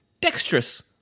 dexterous